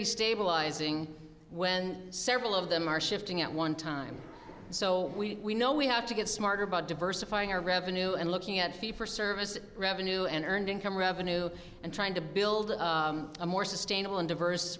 destabilising when several of them are shifting at one time so we know we have to get smarter about diversifying our revenue and looking at fee for service revenue and earned income revenue and trying to build a more sustainable and diverse